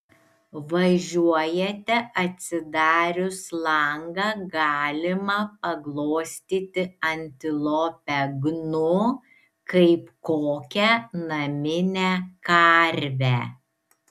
važiuojate atsidarius langą galima paglostyti antilopę gnu kaip kokią naminę karvę